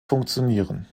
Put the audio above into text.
funktionieren